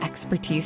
expertise